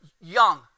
young